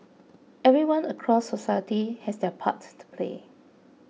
everyone across society has their part to play